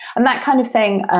and that kind of thing,